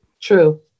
True